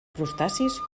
crustacis